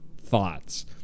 thoughts